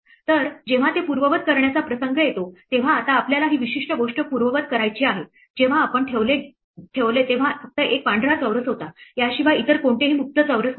तर जेव्हा ते पूर्ववत करण्याचा प्रसंग येतो तेव्हा आता आपल्याला ही विशिष्ट गोष्ट पूर्ववत करायची आहे जेव्हा आपण ठेवले तेव्हा फक्त एक पांढरा चौरस होता याशिवाय इतर कोणतेही मुक्त चौरस नव्हते